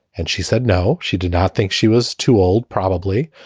and she said no, she did not think she was too old, probably.